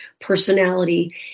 personality